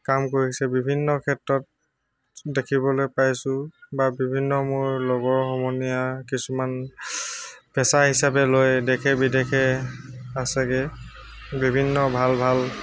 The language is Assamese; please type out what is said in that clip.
কাম কৰিছে বিভিন্ন ক্ষেত্ৰত দেখিবলৈ পাইছোঁ বা বিভিন্ন মোৰ লগৰ সমনীয়া কিছুমান পেচা হিচাপে লৈ দেশে বিদেশে আছেগৈ বিভিন্ন ভাল ভাল